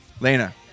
Lena